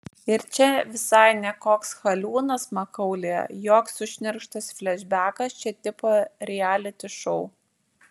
ir čia visai ne koks haliūnas makaulėje joks sušnerkštas flešbekas čia tipo rialiti šou